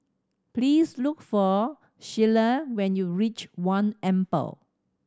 please look for Shelia when you reach One Amber